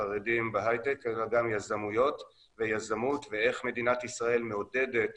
חרדים בהייטק אלא גם יזמויות ויזמות ואיך מדינת ישראל מעודדת